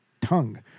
tongue